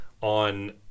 on